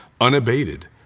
unabated